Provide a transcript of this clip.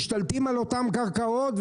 משתלטים על אותן קרקעות,